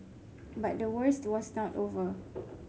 but the worst was not over